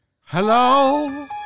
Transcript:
Hello